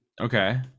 okay